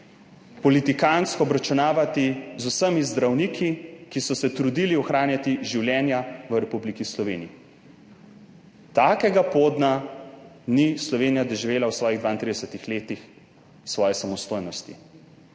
politikantsko obračunavati z vsemi zdravniki, ki so se trudili ohranjati življenja v Republiki Sloveniji. Takega podna ni Slovenija doživela v svojih 32 letih svoje samostojnosti.